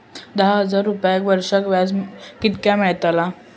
दहा हजार रुपयांक वर्षाक व्याज कितक्या मेलताला?